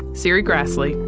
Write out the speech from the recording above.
serri graslie,